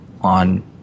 on